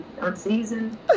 unseasoned